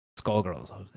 Skullgirls